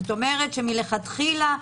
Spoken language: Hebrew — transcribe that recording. זאת אומרת שמלכתחילה,